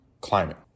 climate